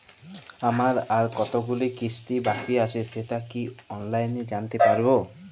আমার আর কতগুলি কিস্তি বাকী আছে সেটা কি অনলাইনে জানতে পারব?